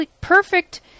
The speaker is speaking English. perfect